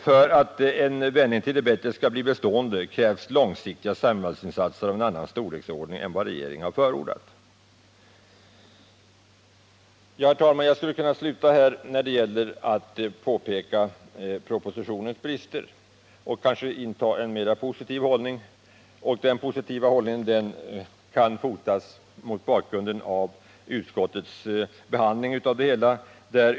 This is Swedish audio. För att en vändning till det bättre skall bli bestående krävs långsiktiga samhällsinsatser av en helt annan storleksordning än den regeringen förordat i propositionen.” Herr talman! Jag skulle kunna sluta här med min genomgång av propositionens brister och inta en mer positiv hållning. Den positiva hållningen grundas på utskottets behandling av propositionen.